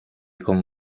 con